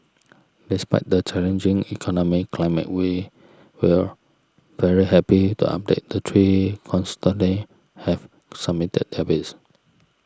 despite the challenging economic climate we will very happy to update that three consortia have submitted their bids